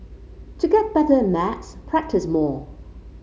to get better at maths practise more